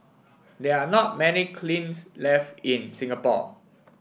there are not many kilns left in Singapore